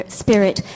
spirit